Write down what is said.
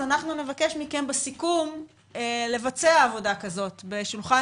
אז אנחנו נבקש מכם בסיכום לבצע עבודה כזאת בשולחן